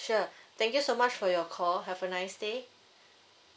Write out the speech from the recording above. sure thank you so much for your call have a nice day